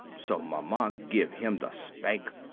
so maman give him the spank.